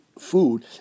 food